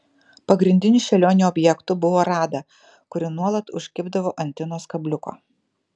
pagrindiniu šėlionių objektu buvo rada kuri nuolat užkibdavo ant tinos kabliuko